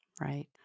Right